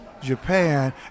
Japan